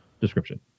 description